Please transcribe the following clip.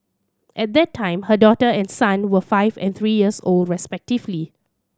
at that time her daughter and son were five and three years old respectively